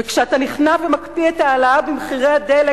וכשאתה נכנע ומקפיא את ההעלאה במחירי הדלק,